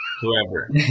whoever